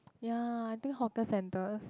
ya I think hawker centres